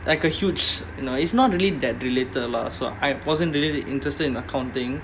like a huge you know it's not really that related lah so I wasn't really interested in accounting